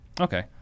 Okay